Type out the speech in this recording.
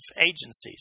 agencies